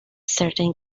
certain